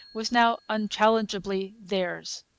was now unchallengeably theirs.